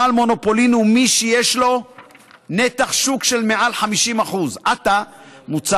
בעל מונופולין הוא מי שיש לו נתח שוק של מעל 50%. עתה מוצע